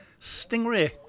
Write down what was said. Stingray